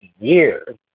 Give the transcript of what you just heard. years